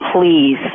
please